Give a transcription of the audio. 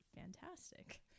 fantastic